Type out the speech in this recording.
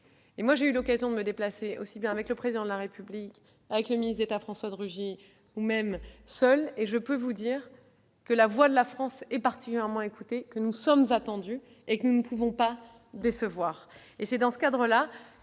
J'ai eu l'occasion de me déplacer aussi bien avec le Président de la République qu'avec le ministre d'État François de Rugy, voire seule, et je peux vous assurer que la voix de la France est spécialement écoutée. Nous sommes attendus et nous ne pouvons pas décevoir.